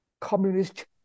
communist